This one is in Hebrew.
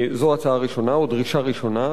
זו הצעה ראשונה, או דרישה ראשונה.